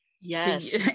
yes